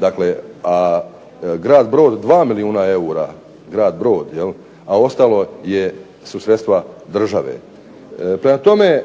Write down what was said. dakle, a grad Brod 2 milijuna eura, grad Brod jel, a ostalo su sredstva države. Prema tome,